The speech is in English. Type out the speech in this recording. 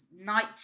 night